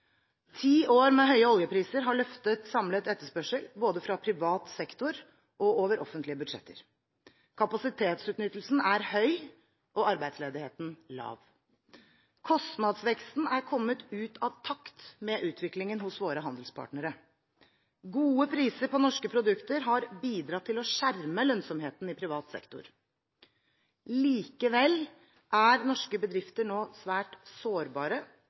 Ti år med høye oljepriser har løftet samlet etterspørsel, både fra privat sektor og over offentlige budsjetter. Kapasitetsutnyttelsen er høy og arbeidsledigheten lav. Kostnadsveksten er kommet ut av takt med utviklingen hos våre handelspartnere. Gode priser på norske produkter har bidratt til å skjerme lønnsomheten i privat sektor. Likevel er norske bedrifter nå svært sårbare,